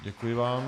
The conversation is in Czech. Děkuji vám.